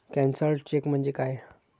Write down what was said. Cancelled cheque म्हणजे काय?